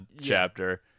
chapter